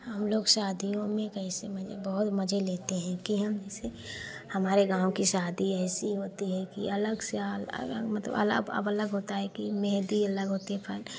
हम लोग शादियों में कैसे मज़े बहुत मज़े लेते हैं कि हम जैसे हमारे गाँव के शादी है ऐसी होती है कि अलग से आल अगल मतलब अलप अब अलग होता है कि मेहंदी अलग होती है